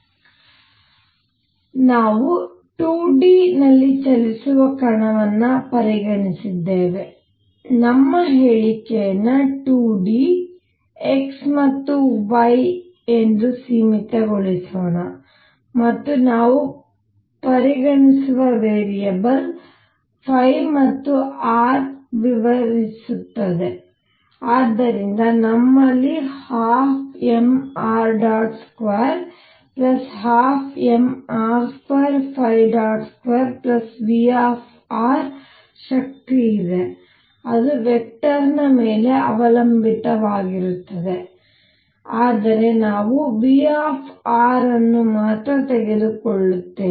ಆದ್ದರಿಂದ ನಾವು 2D ನಲ್ಲಿ ಚಲಿಸುವ ಕಣವನ್ನು ಪರಿಗಣಿಸಿದ್ದೇವೆ ನಮ್ಮ ಹೇಳಿಕೆಯನ್ನು 2D x ಮತ್ತು y ಎಂದು ಸೀಮಿತಗೊಳಿಸೋಣ ಮತ್ತು ನಾವು ಪರಿಗಣಿಸುವ ವೇರಿಯಬಲ್ ಮತ್ತು r ವಿವರಿಸುತ್ತದೆ ಆದ್ದರಿಂದ ನಮ್ಮಲ್ಲಿ 12mr212mr22V ಶಕ್ತಿಯಿದೆ ಅದು ವೆಕ್ಟರ್ನ ಮೇಲೆ ಅವಲಂಬಿತವಾಗಿರುತ್ತದೆ ಆದರೆ ನಾನು V ಅನ್ನು ಮಾತ್ರ ತೆಗೆದುಕೊಳ್ಳುತ್ತೇನೆ